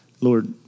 Lord